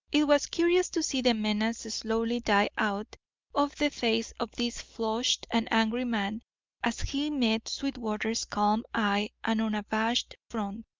it was curious to see the menace slowly die out of the face of this flushed and angry man as he met sweetwater's calm eye and unabashed front,